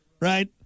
right